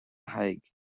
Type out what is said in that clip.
thaidhg